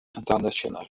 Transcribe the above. internationale